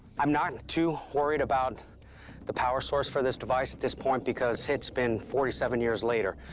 i'm not too worried about the power source for this device at this point, because it's been forty seven years later.